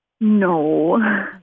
No